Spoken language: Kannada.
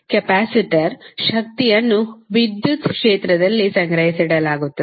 ಕೆಪಾಸಿಟರ್ ಶಕ್ತಿಯನ್ನು ವಿದ್ಯುತ್ ಕ್ಷೇತ್ರದಲ್ಲಿ ಸಂಗ್ರಹಿಸಲಾಗುತ್ತದೆ